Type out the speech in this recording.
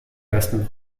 besten